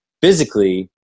physically